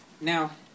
Now